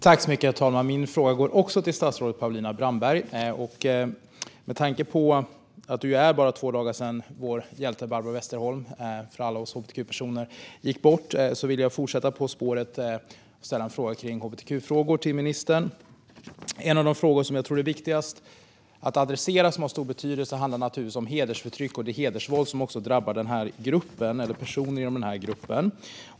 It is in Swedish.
Herr talman! Min fråga går också till statsrådet Paulina Brandberg. Med tanke på att det bara är två dagar sedan hjälten för alla oss hbtq-personer, Barbro Westerholm, gick bort vill jag fortsätta på temat hbtq i min fråga till statsrådet. En av de frågor som jag tror är viktigast att adressera och som har stor betydelse handlar givetvis om hedersförtryck och det hedersvåld som också drabbar personer inom denna grupp.